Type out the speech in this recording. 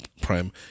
Prime